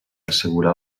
assegurar